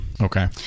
Okay